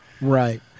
Right